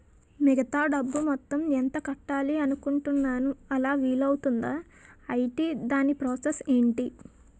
మిగతా డబ్బు మొత్తం ఎంత కట్టాలి అనుకుంటున్నాను అలా వీలు అవ్తుంధా? ఐటీ దాని ప్రాసెస్ ఎంటి?